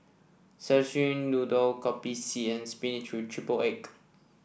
Szechuan Noodle Kopi C and spinach triple egg